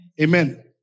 Amen